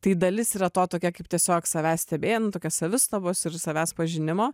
tai dalis yra to tokia kaip tiesiog savęs stebėjimu tokia savistabos ir savęs pažinimo